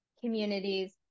communities